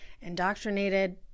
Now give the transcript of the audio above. indoctrinated